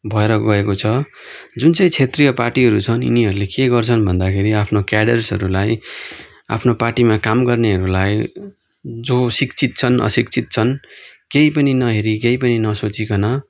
भएर गएको छ जुन चाहिँ क्षेत्रीय पार्टीहरू छन् यिनीहरूले के गर्छन् भन्दाखेरि आफ्नो क्याडर्सहरूलाई आफ्नो पार्टीमा काम गर्नेहरूलाई जो शिक्षित छन् अशिक्षित छन् केही पनि नहेरी केही पनि नसोचिकन